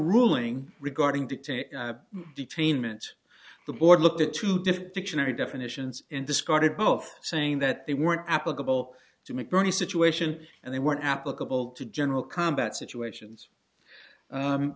ruling regarding dictate between meant the board looked at two different dictionary definitions and discarded both saying that they were applicable to mcburney situation and they weren't applicable to general combat situations